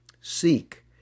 Seek